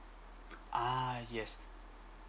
ah yes